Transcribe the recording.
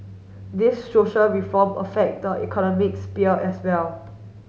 these social reform affect the economic sphere as well